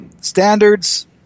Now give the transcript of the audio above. Standards